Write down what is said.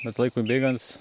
bet laikui bėgant